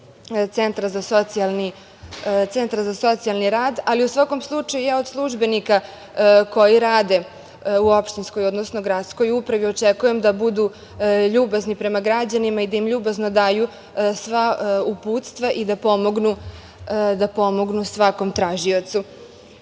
centra za socijalni rad, ali u svakom slučaju, ja od službenika koji rade u opštinskoj, odnosno gradskoj upravi očekujem da budu ljubazni prema građanima i da im ljubazno daju sva uputstva i da pomognu svakom tražiocu,